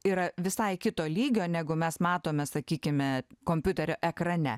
yra visai kito lygio negu mes matome sakykime kompiuterio ekrane